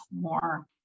more